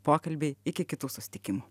pokalbiai iki kitų susitikimų